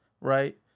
right